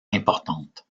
importantes